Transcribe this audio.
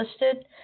listed